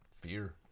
Fear